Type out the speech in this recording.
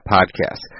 Podcast